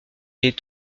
est